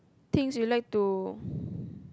things you like to